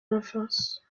enfance